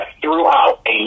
throughout